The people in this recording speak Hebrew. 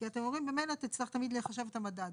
כי אתם אומרים שממילא צריך תמיד לחשב את המדד.